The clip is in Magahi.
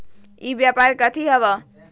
ई व्यापार कथी हव?